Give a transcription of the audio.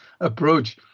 approach